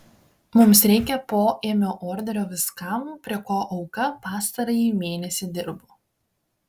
mums reikia poėmio orderio viskam prie ko auka pastarąjį mėnesį dirbo